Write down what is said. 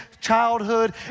childhood